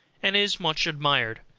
and is much admired.